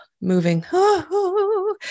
moving